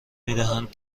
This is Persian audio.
میدهند